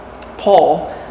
Paul